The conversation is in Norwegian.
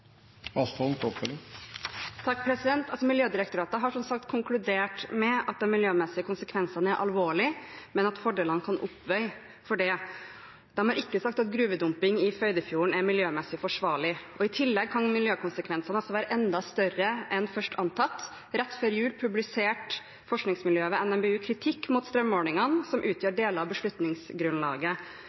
Miljødirektoratet har som sagt konkludert med at de miljømessige konsekvensene er alvorlige, men at fordelene kan oppveie for det. De har ikke sagt at gruvedumping i Førdefjorden er miljømessig forsvarlig. I tillegg kan miljøkonsekvensene altså være enda større enn først antatt. Rett før jul publiserte forskningsmiljøet ved NMBU kritikk mot strømmålingene som utgjør deler av beslutningsgrunnlaget.